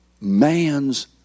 man's